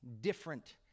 different